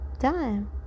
done